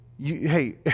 Hey